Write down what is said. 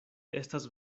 estas